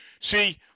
See